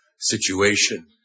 situation